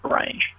range